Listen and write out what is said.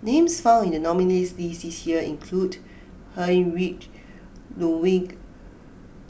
names found in the nominees' list this year include Heinrich Ludwig